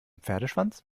pferdeschwanz